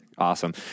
awesome